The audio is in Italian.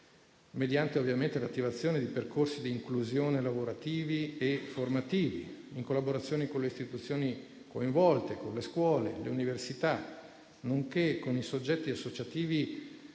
detenuti mediante l'attivazione di percorsi di inclusione lavorativi e formativi, in collaborazione con le istituzioni coinvolte, con le scuole e le università, nonché con i soggetti associativi